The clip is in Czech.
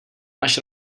máš